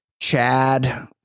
Chad